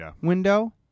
window